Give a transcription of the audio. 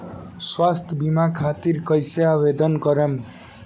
स्वास्थ्य बीमा खातिर कईसे आवेदन करम?